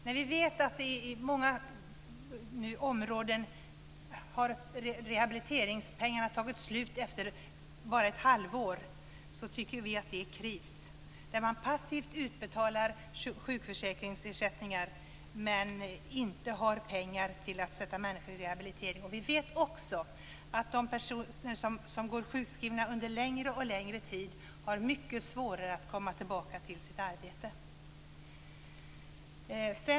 Men vi vet att rehabiliteringspengarna i många områden har tagit slut bara efter ett halvår. Då tycker vi att det är kris. Man utbetalar passivt sjukförsäkringsersättningar men har inte pengar till att sätta människor i rehabilitering. Vi vet också att de personer som går sjukskrivna under en längre tid har mycket svårare att komma tillbaka till sitt arbete.